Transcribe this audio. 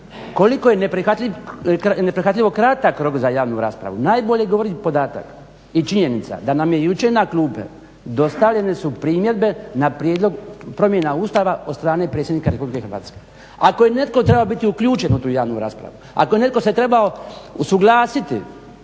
koliko je neprihvatljivo kratak rok za javnu raspravu najbolje govori podatak i činjenica da nam je jučer na klupe dostavljene su primjedbe na prijedlog promjena Ustava od strane predsjednika RH. Ako je netko trebao biti uključen u tu javnu raspravu, ako netko se trebao usuglasiti